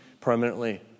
permanently